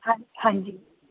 ਹਾਂਜੀ ਹਾਂਜੀ